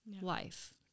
life